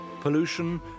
Pollution